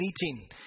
meeting